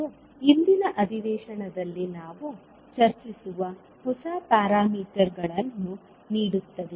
ಇದು ಇಂದಿನ ಅಧಿವೇಶನದಲ್ಲಿ ನಾವು ಚರ್ಚಿಸುವ ಹೊಸ ಪ್ಯಾರಾಮೀಟರ್ಗಳನ್ನು ನೀಡುತ್ತದೆ